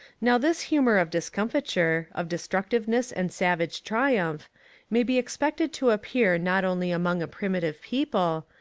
now this humour of discomfiture, of destruc tiveness and savage triumph may be expected to appear not only among a primitive people,